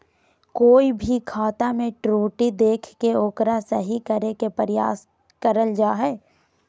कोय भी खाता मे त्रुटि देख के ओकरा सही करे के प्रयास करल जा हय